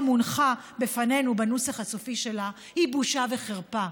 הונחה בפנינו בנוסח הסופי שלה היא בושה וחרפה.